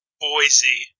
Boise